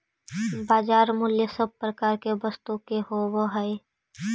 बाजार मूल्य सब प्रकार के वस्तु के होवऽ हइ